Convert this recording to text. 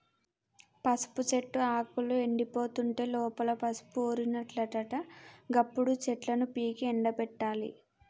పసుపు చెట్టు ఆకులు ఎండిపోతుంటే లోపల పసుపు ఊరినట్లట గప్పుడు చెట్లను పీకి ఎండపెట్టాలి